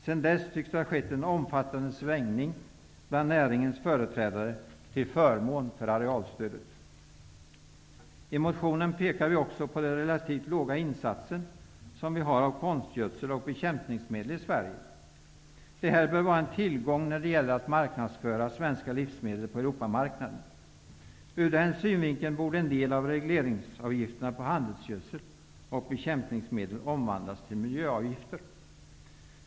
Sedan dess tycks det ha skett en omfattande svängning bland näringens företrädare till förmån för arealstödet. I motionen pekar vi också på att den relativt låga insats vi har av konstgödsel och bekämpningsmedel i Sverige bör vara en tillgång när det gäller att marknadsföra svenska livsmedel på Europamarknaden. Ur den synvinkeln borde en del av regleringsavgifterna på handelsgödsel och bekämpningsmedel omvandlas till miljöavgifter.